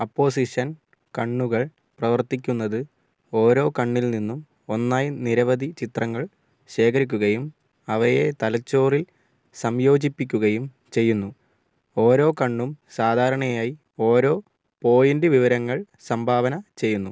opposition കണ്ണുകൾ പ്രവർത്തിക്കുന്നത് ഓരോ കണ്ണിൽ നിന്നും ഒന്നായി നിരവധി ചിത്രങ്ങൾ ശേഖരിക്കുകയും അവയെ തലച്ചോറിൽ സംയോജിപ്പിക്കുകയും ചെയ്യുന്നു ഓരോ കണ്ണും സാധാരണയായി ഓരോ പോയിൻറ് വിവരങ്ങൾ സംഭാവന ചെയ്യുന്നു